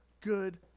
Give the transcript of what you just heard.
good